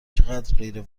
چقدرغیر